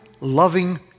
loving